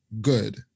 good